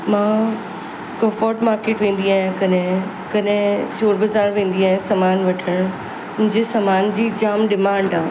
मां कोफोट मार्केट वेंदी आहियां कॾहिं कॾहिं चोर बाज़ारि वेंदी आहियां समान वठणु मुंहिंजे समान जी जाम डिमांड आहे